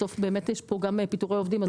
בסופו של דבר יש פה גם את העניין של פיטורי העובדים.